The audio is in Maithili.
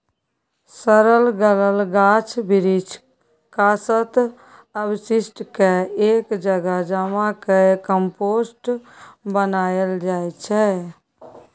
सरल गलल गाछ बिरीछ, कासत, अपशिष्ट केँ एक जगह जमा कए कंपोस्ट बनाएल जाइ छै